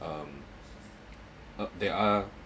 um there are